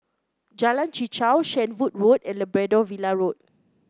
Jalan Chichau Shenvood Road and Labrador Villa Road